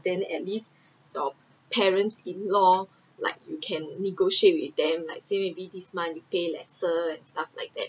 then it at least your parents in law like you can negotiate with them like say maybe this month you pay lesser and stuff like that